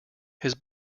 his